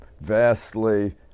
vastly